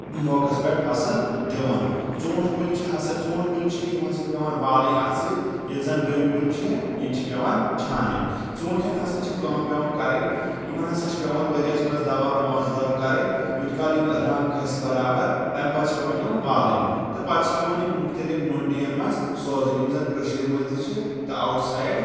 موقعس پؠٹھ فصٕل دِوان ژوٗنٛٹھۍ کُلۍ چھِ ہسا ژوٗنٛٹھۍ کُلۍ چھِ یِم ہسا چھِ پیٚوان والٕنۍ اتھہٕ سۭتۍ ییٚلہِ زن ڈونۍ کُلۍ چھِ یِم چھِ پیٚوان چھانٕنۍ ژوٗنٛٹھؠن ہسا چھِ کٲم پیٚوان کرٕنۍ یِمن ہسا چھِ پیٚوان ؤرۍ یس منٛز دوا پانٛژھ دہ کرٕنۍ یوٗت کال یِم رنٛگ کھسہِ برابر تمہِ پتہٕ چھِ پیٚوان یِم والٕنۍ تہٕ پتہٕ چھِ پیٚوان یِم مُختٔلف مٔنڈین منٛز سوزٕنۍ یِم زن کٔشیٖر منٛز تہِ چھِ تہٕ آوُٹ سایڈ